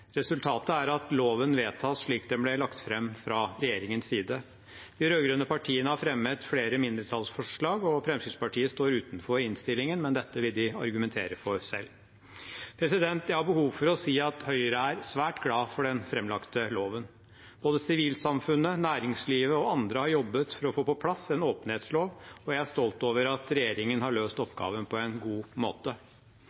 Resultatet er at loven vedtas slik den ble lagt fram fra regjeringens side. De rød-grønne partiene har fremmet flere mindretallsforslag. Fremskrittspartiet står utenfor innstillingen, men dette vil de argumentere for selv. Jeg har behov for å si at Høyre er svært glad for den fremlagte loven. Både sivilsamfunnet, næringslivet og andre har jobbet for å få på plass en åpenhetslov, og jeg er stolt over at regjeringen har løst